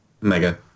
Mega